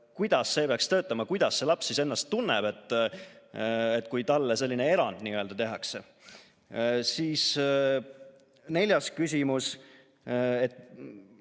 Kuidas see peaks töötama? Kuidas see laps siis ennast tunneb, kui talle selline erand tehakse? Siis neljas küsimus, kus